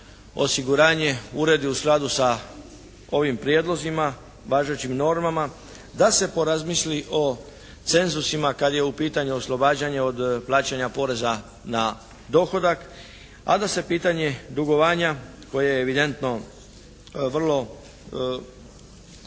osiguranje uredi u skladu sa ovim prijedlozima, važećim normama, da se porazmisli o cenzusima kad je u pitanju oslobađanje od plaćanja poreza na dohodak, a da se pitanje dugovanja koje je evidentno vrlo je